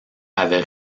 avait